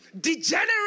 degenerate